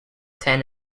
ten